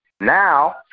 Now